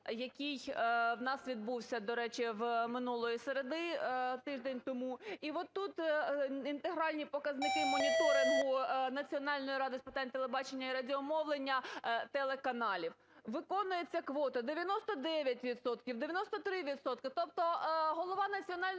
який в нас відбувся, до речі, минулої середи тиждень тому. І отут інтегральні показники моніторингу Національної ради з питань телебачення і радіомовлення телеканалів: виконуються квоти 99 відсотків, 93 відсотки. Тобто голова Національної ради,